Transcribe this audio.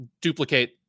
duplicate